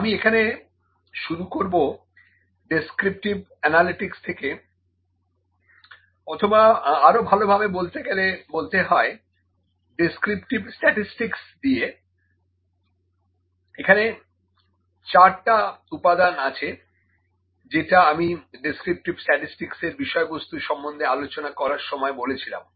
আমি এখানে শুরু করবো ডেস্ক্রিপটিভ অ্যানালিটিকস থেকে অথবা আরো ভালোভাবে বলতে গেলে বলতে হয় ডেস্ক্রিপটিভ স্ট্যাটিসটিকস দিয়ে এখানে 4 টা উপাদান আছে যেটা আমি ডেস্ক্রিপটিভ স্ট্যাটিসটিকসের বিষয়বস্তু সম্বন্ধে আলোচনা করার সময় বলেছিলাম